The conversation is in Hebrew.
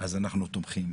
אז אנחנו תומכים.